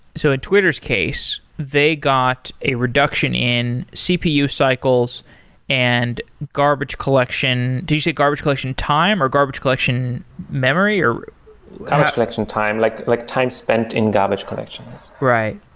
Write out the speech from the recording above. so in twitter s case, they got a reduction in cpu cycles and garbage collection do you say garbage collection time or garbage collection memory? garbage collection time, like like time spent in garbage collections. right.